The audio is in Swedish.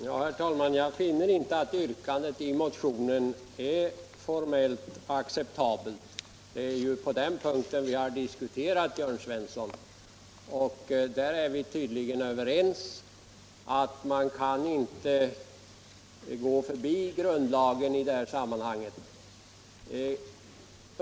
Herr talman! Jag finner inte att yrkandet i motionen är formellt acceptabelt. Det är ju den punkten vi har diskuterat, Jörn Svensson. Vi är tydligen överens om att man inte kan gå förbi grundlagen i dessa sammanhang.